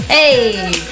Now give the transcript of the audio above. Hey